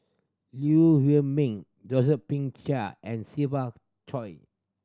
Lee Huei Min Josephine Chia and Siva Choy